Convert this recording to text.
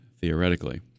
theoretically